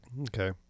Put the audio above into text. Okay